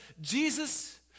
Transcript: Jesus